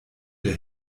der